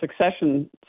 succession